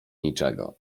niczego